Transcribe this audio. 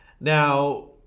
Now